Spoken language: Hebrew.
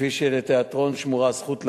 כפי שלתיאטרון שמורה הזכות להציג,